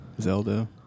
Zelda